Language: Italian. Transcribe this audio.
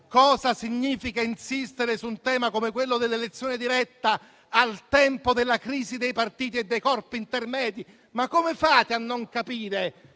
cosa significa insistere su un tema come quello dell'elezione diretta al tempo della crisi dei partiti e dei corpi intermedi? Ma come fate a non capire